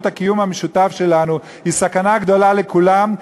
הקיום המשותף שלנו היא סכנה גדולה לכולם,